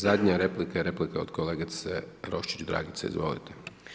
I zadnja replika je replika od kolegice Roščić Dragice, izvolite.